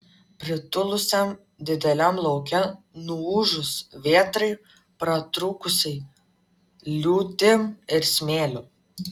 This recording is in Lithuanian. pritilusiam dideliam lauke nuūžus vėtrai pratrūkusiai liūtim ir smėliu